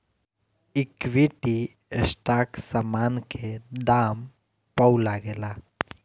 equity stock समान के दाम पअ लागेला